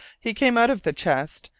he came out of the chest,